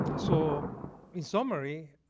so in summary,